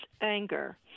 anger